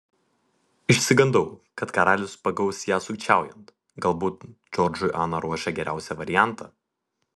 išsigandau kad karalius pagaus ją sukčiaujant galbūt džordžui ana ruošė geriausią variantą